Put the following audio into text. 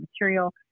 material